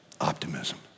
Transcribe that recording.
optimism